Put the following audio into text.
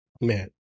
man